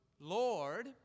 Lord